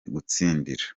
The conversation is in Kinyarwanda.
gutsindira